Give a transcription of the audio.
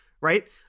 right